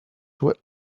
what